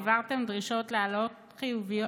העברתם דרישות להעלאת ידיעות חיוביות